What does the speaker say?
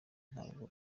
ntabwo